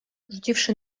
rzuciwszy